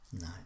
No